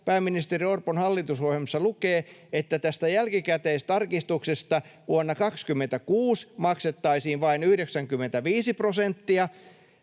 pääministeri Orpon hallitusohjelmassa lukee, että tästä jälkikäteistarkistuksesta vuonna 26 maksettaisiin vain 95 prosenttia.